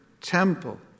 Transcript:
temple